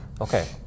Okay